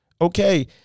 Okay